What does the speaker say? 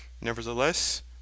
Nevertheless